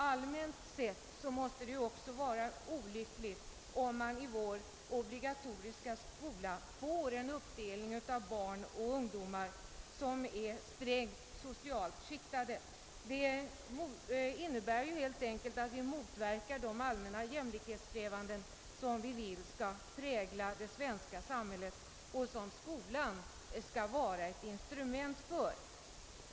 Allmänt sett måste det vara olyckligt, om vi i vår obligatoriska skola får en uppdelning av barn och ungdomar som är strängt socialt skiktade. Det innebär helt enkelt ett motverkande av de allmänna jämlikhetssträvanden som vi vill skall prägla det svenska samhället och som skolan skall vara ett instrument för.